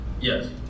Yes